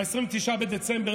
ב-29 בדצמבר,